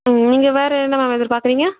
ம் நீங்கள் வேறு என்ன மேம் எதிர்பார்க்குறீங்க